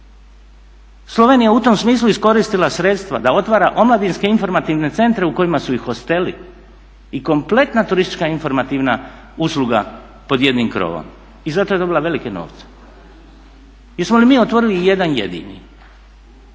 Slovenija je u tom smislu iskoristila sredstava da otvara omladinske informativne centre u kojima su i hosteli i kompletna turistička informativna usluga pod jednim krovom i zato je dobila velike novce. Jesmo li mi otvorili i jedan jedini?